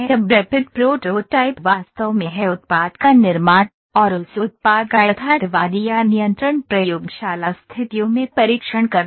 अब rapid prototype वास्तव में है उत्पाद का निर्माण और उस उत्पाद का यथार्थवादी या नियंत्रण प्रयोगशाला स्थितियों में परीक्षण करना